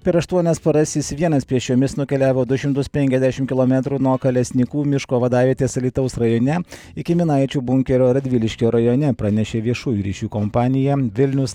per aštuonias paras jis vienas pėsčiomis nukeliavo du šimtus penkiasdešimt kilometrų nuo kalesnykų miško vadavietės alytaus rajone iki minaičių bunkerio radviliškio rajone pranešė viešųjų ryšių kompanija vilnius